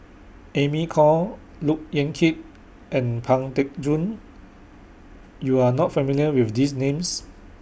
Amy Khor Look Yan Kit and Pang Teck Joon YOU Are not familiar with These Names